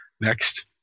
next